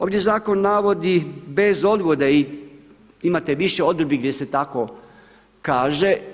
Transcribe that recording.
Ovdje zakon navodi bez odgode, imate više odredbi gdje se tako kaže.